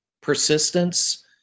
persistence